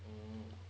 ugh